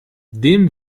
dem